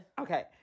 Okay